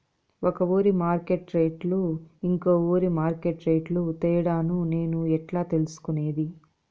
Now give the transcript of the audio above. ఒక ఊరి మార్కెట్ రేట్లు ఇంకో ఊరి మార్కెట్ రేట్లు తేడాను నేను ఎట్లా తెలుసుకునేది?